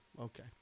Okay